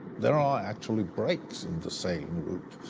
there are actually breaks in the sailing route,